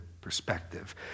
perspective